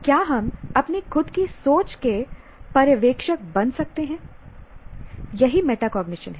क्या हम अपनी खुद की सोच के पर्यवेक्षक बन सकते हैं यही मेटाकॉग्निशन है